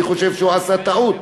אני חושב שהוא עשה טעות,